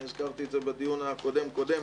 אני הזכרתי את זה בדיון הקודם-קודם,